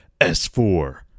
S4